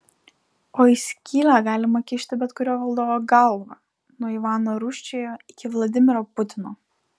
o į skylę galima kišti bet kurio valdovo galvą nuo ivano rūsčiojo iki vladimiro putino